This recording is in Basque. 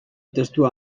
testua